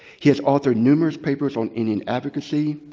he has authored numerous papers on indian advocacy,